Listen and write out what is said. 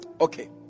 Okay